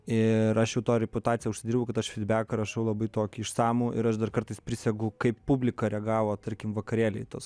ir aš jau tą reputaciją užsidirbau kad aš fidbeką rašau tokį labai tokį išsamų ir aš dar kartais prisegu kaip publika reagavo tarkim vakarėly į tas